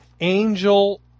angel